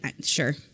Sure